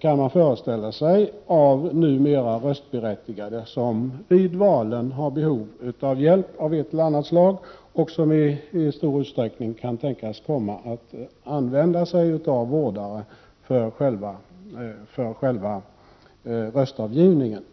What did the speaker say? kan man föreställa sig, av numera röstberättigade som vid valen har behov av hjälp av ett eller annat slag och som i stor utsträckning kan tänkas komma att använda sig av vårdare för själva röstavgivningen.